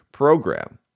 Program